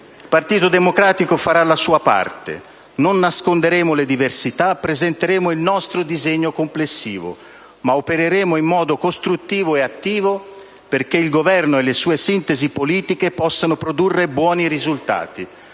il Partito Democratico farà la sua parte, non nasconderemo le diversità, presenteremo il nostro disegno complessivo, ma opereremo in modo costruttivo e attivo perché il Governo e le sue sintesi politiche possano produrre buoni risultati,